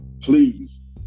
Please